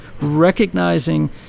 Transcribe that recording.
recognizing